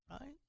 right